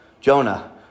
Jonah